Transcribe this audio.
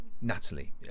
Natalie